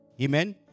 Amen